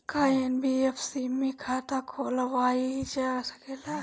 का एन.बी.एफ.सी में खाता खोलवाईल जा सकेला?